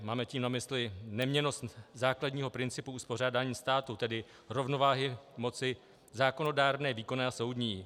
Máme tím na mysli neměnnost základního principu uspořádání státu, tedy rovnováhy moci zákonodárné, výkonné a soudní.